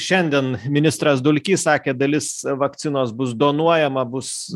šiandien ministras dulkys sakė dalis vakcinos bus donuojama bus